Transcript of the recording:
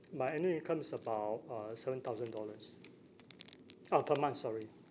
my annual income is about uh seven thousand dollars uh per month sorry